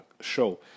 show